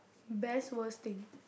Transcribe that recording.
best worst thing